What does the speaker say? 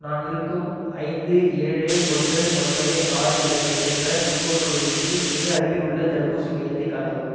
நான் இருக்கும் ஐந்து ஏழு ஒன்று ஒன்பது ஆறு இரண்டு என்ற பின்கோடு பகுதிக்கு மிக அருகில் உள்ள தடுப்பூசி மையத்தைக் காட்டவும்